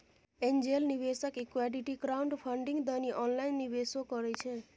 angel निवेशक equity crowdfunding दनी online निवेशो करइ छइ